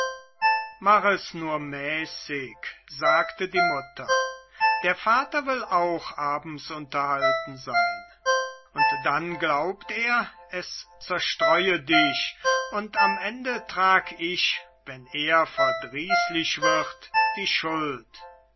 mach es nur mäßig sagte die mutter der vater will auch abends unterhalten sein und dann glaubt er es zerstreue dich und am ende trag ich wenn er verdrießlich wird die schuld